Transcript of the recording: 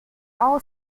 all